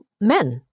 men